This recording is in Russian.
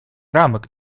рамок